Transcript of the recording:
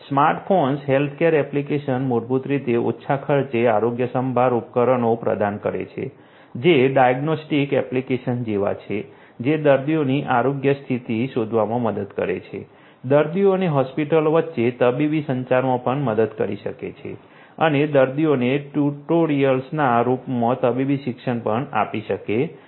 smartphones healthcare application મૂળભૂત રીતે ઓછા ખર્ચે આરોગ્યસંભાળ ઉપકરણો પ્રદાન કરે છે જે ડાયગ્નોસ્ટિક એપ્લિકેશન્સ જેવા છે જે દર્દીઓની આરોગ્ય સ્થિતિ શોધવામાં મદદ કરે છે દર્દીઓ અને હોસ્પિટલો વચ્ચે તબીબી સંચારમાં પણ મદદ કરી શકે છે અને દર્દીઓને ટ્યુટોરિયલ્સના રૂપમાં તબીબી શિક્ષણ પણ આપી શકે છે